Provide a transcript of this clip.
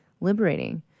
liberating